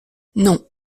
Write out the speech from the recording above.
non